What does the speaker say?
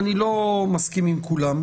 סטודנט שנמצא פה כדין,